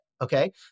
Okay